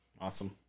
awesome